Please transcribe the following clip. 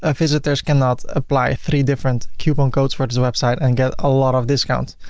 ah visitors cannot apply three different coupon codes for this website and get a lot of discount.